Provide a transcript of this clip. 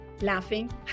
laughing